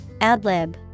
Adlib